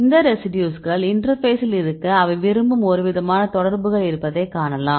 இந்த ரெசிடியூஸ்கள் இன்டர்பேசில் இருக்க அவை விரும்பும் ஒருவிதமான தொடர்புகள் இருப்பதைக் காணலாம்